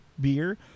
beer